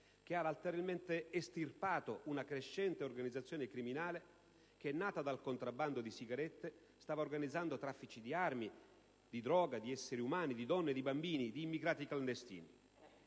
che ha letteralmente estirpato una crescente organizzazione criminale che, nata dal contrabbando di sigarette, stava organizzando traffici di armi, droga, esseri umani, donne, bambini ed immigrati clandestini.